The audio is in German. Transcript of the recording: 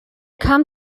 kam